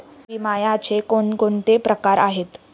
विम्याचे कोणकोणते प्रकार आहेत?